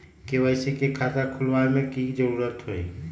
KYC के खाता खुलवा में की जरूरी होई?